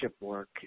work